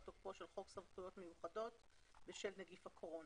תוקפו של חוק סמכויות מיוחדות בשל נגיף הקורונה".